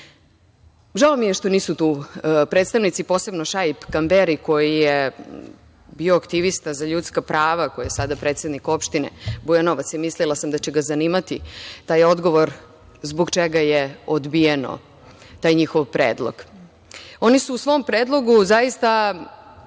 Žao mi je što nisu tu predstavnici, posebno Šaip Kamberi koji je bio aktivista za ljudska prava, koji je sada predsednik opštine Bujanovac, mislila sam da će ga zanimati taj odgovor zbog čega je odbijen taj njihov predlog. Oni su u svom predlogu zaista